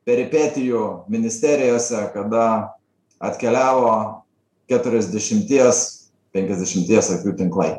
peripetijų ministerijose kada atkeliavo keturiasdešimties penkiasdešimties akių tinklai